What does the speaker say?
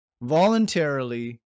voluntarily